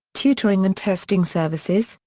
tutoring and testing services,